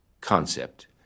concept